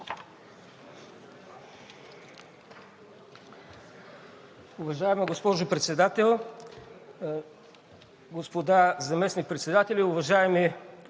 Уважаема госпожо Председател, господа заместник-председатели, уважаеми